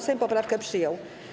Sejm poprawkę przyjął.